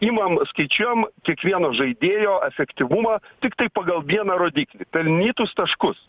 imam skaičiuojam kiekvieno žaidėjo efektyvumą tiktai pagal vieną rodiklį pelnytus taškus